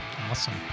awesome